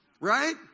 Right